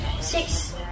six